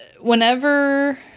whenever